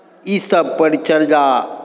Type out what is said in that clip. ईसभ परिचर्या